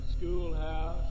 schoolhouse